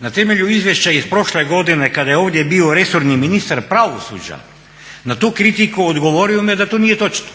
Na temelju izvješća iz prošle godine kada je ovdje bio resorni ministar pravosuđa na tu kritiku odgovorio mi je da to nije točno,